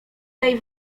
tej